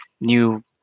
new